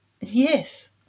Yes